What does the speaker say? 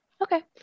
Okay